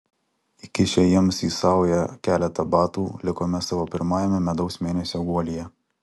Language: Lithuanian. įkišę jiems į saują keletą batų likome savo pirmajame medaus mėnesio guolyje